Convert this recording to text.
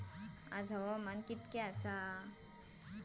आज हवामान किती आसा?